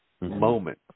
moment